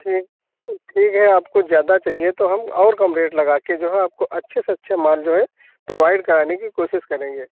ठीक ठीक है आपको ज़्यादा चाहिए तो हम और कम रेट लगा कर जो है आपको अच्छे से अच्छा माल जो है प्रोवाइड कराने की कोशिश करेंगे